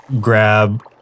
grab